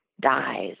dies